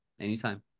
anytime